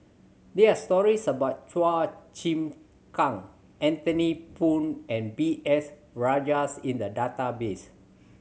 there are stories about Chua Chim Kang Anthony Poon and B S Rajhans in the database